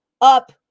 up